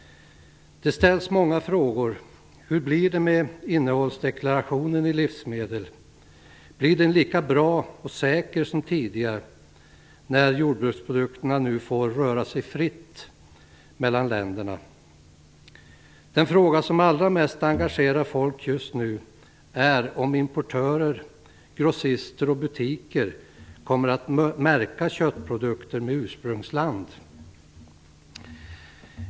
Det ställs många frågor. Hur blir det med innehållsdeklarationen i livsmedel? Blir den lika bra och säker som tidigare när jordbruksprodukterna nu får röra sig fritt mellan länderna? Den fråga som allra mest engagerar folk just nu är om importörer, grossister och butiker kommer att märka köttprodukter med ursprungsland.